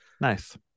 nice